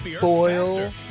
boil